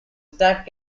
stacked